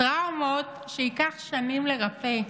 טראומות שייקח שנים לרפא,